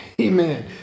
Amen